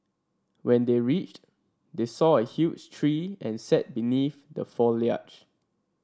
when they reached they saw a huge tree and sat beneath the foliage